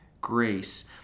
grace